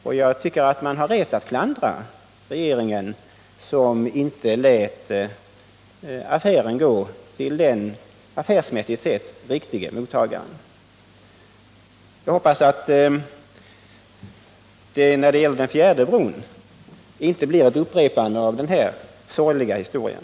Jag tycker därför man har rätt att klandra regeringen som inte låtit affären gå till den affärsmässigt sett riktige mottagaren. Jag hoppas att det när det gäller den fjärde bron inte blir ett upprepande av den här sorgliga historien.